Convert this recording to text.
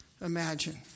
Imagine